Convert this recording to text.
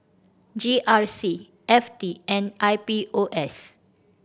G R C F T and I P O S